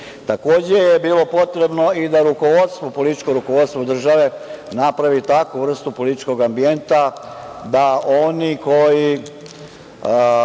Srbiji. Takođe je bilo potrebno i da političko rukovodstvo države napravi takvu vrstu političkog ambijenta da oni koji